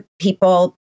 people